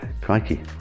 Crikey